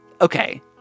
Okay